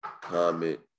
comment